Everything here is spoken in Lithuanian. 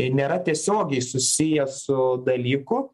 nėra tiesiogiai susijęs su dalyku